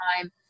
time